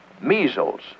measles